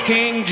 King